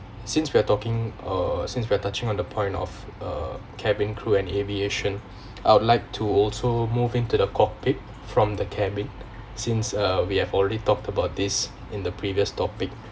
since we are talking uh since we are touching on the point of uh cabin crew and aviation I would like to also moving to the cockpit from the cabin since uh we have already talked about this in the previous topic